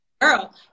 girl